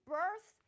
birth